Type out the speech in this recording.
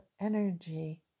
energy